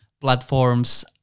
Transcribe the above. platforms